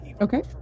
Okay